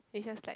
it's just like